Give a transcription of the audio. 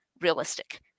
realistic